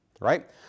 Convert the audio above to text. right